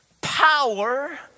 power